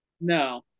No